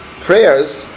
prayers